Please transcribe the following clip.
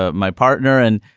ah my partner. and,